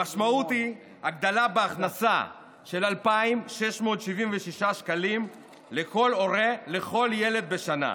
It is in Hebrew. המשמעות היא הגדלה בהכנסה של 2,676 שקלים לכל הורה לכל ילד בשנה.